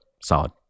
Solid